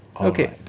okay